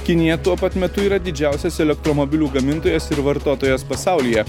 kinija tuo pat metu yra didžiausias elektromobilių gamintojas ir vartotojas pasaulyje